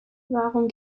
warum